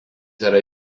yra